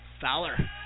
Fowler